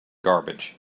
garbage